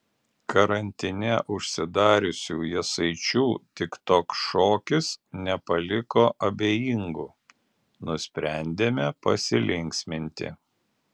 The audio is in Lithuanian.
karantine užsidariusių jasaičių tiktok šokis nepaliko abejingų nusprendėme pasilinksminti